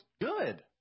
good